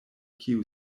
kiu